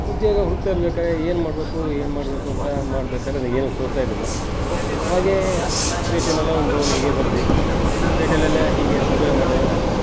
ಉದ್ಯೋಗ ಹುಡುಕ್ತಾ ಇರಬೇಕಾದ್ರೆ ಏನು ಮಾಡಬೇಕು ಏನು ಮಾಡಬೇಕು ಅಂತಾ ಮಾಡ್ಬೇಕಾದ್ರೆ ಏನು ತೋಚ್ತಾ ಇರಲಿಲ್ಲ ಹಾಗೇ ಪೇಟೆಲೆಲ್ಲಾ ಒಂದು ರೌಂಡ್ ಹೀಗೆ ಬಂದ್ವಿ ಪೇಟೆಲೆಲ್ಲಾ ಹೀಗೆ ಸರ್ವೇ ಮಾಡ್ವಾಗ